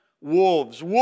wolves